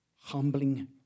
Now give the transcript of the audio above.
Humbling